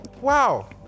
wow